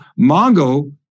Mongo